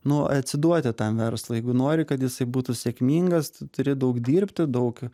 nu atsiduoti tam verslui jeigu nori kad jisai būtų sėkmingas turi daug dirbti daug